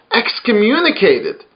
excommunicated